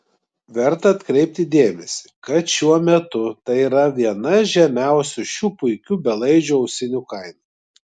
verta atkreipti dėmesį kad šiuo metu tai yra viena žemiausių šių puikių belaidžių ausinių kaina